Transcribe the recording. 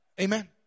Amen